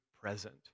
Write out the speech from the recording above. present